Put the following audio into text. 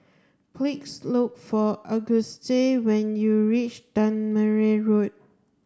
please look for Auguste when you reach Tangmere Road